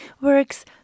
works